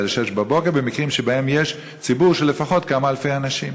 01:00 ל-06:00 במקרים שבהם יש ציבור של לפחות כמה אלפי אנשים?